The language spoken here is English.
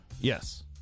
yes